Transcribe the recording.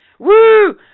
Woo